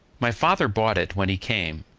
my father bought it when he came,